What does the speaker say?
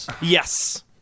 Yes